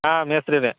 ಹಾಂ ಮೇಸ್ತ್ರಿನೆ